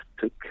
took